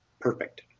perfect